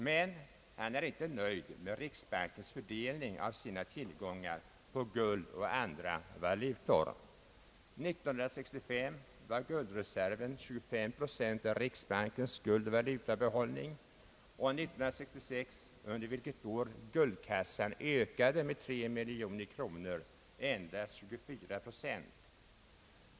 Men han är inte nöjd med riksbankens fördelning av sina tillgångar på guld och andra valutor. År 1965 var guldreserven 25 procent av riksbankens guldoch valutabehållning och år 1966, under vilket år guldkassan ökade med 3 miljoner kronor, endast 24 procent.